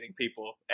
people